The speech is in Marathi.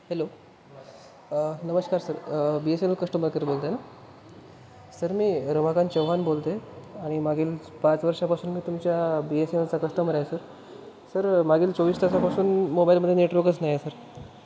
हॅलो नमस्कार sir B S N L customer care बोलताय ना सर मी रमाकांत चौहान बोलते आणि मागील पाच वर्षापासून मी तुमच्या बी एस एन एलचा कस्टमर आहे सर सर मागील चोवीस तासापासून मोबाईलमध्ये नेटवर्कच नाही आहे सर